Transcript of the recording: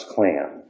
Klan